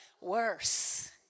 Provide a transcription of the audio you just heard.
Worse